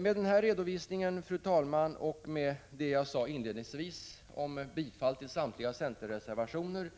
Med denna redovisning, fru talman, och med mitt tidigare yrkande om bifall till samtliga centerreservationer